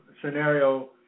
scenario